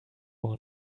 one